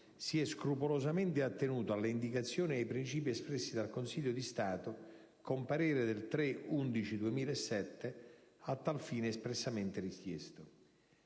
si è scrupolosamente attenuto alle indicazioni e ai principi espressi dal Consiglio di Stato, con parere n. 6148 del 3 novembre 2007, a tal fine espressamente richiesto.